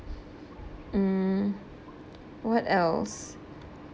um what else